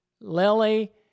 Lily